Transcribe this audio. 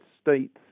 States